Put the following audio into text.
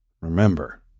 remember